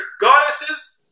goddesses